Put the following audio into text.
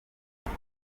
niba